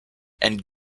and